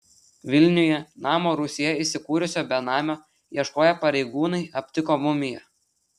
vilniuje namo rūsyje įsikūrusio benamio ieškoję pareigūnai aptiko mumiją